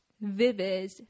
vivid